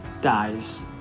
dies